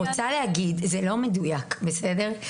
מדויק.